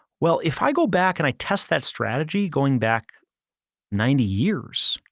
well, if i go back and i test that strategy, going back ninety years,